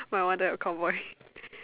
my wonder a cowboy